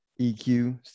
EQ